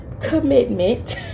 commitment